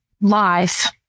life